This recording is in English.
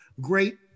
great